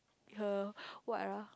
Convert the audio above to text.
her what ah